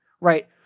right